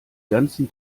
ganzen